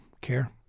care